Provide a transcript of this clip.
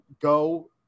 go